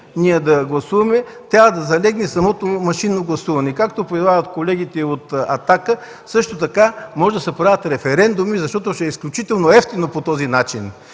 да гласуваме, трябва да залегне самото машинно гласуване. Както предлагат колегите от „Атака”, могат да се правят референдуми, защото ще са изключително евтини по този начин.